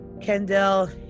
Kendall